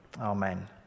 Amen